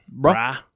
Bruh